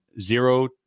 zero